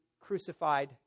crucified